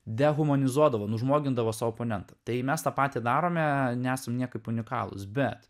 dehumanizuodama nužmogindama savo oponentą tai mes tą patį darome nesam niekaip unikalūs bet